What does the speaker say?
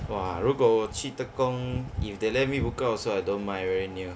!wah! 如果我去 tekong if they let me book out also I don't mind very near